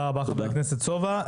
תודה רבה חבר הכנסת סובה,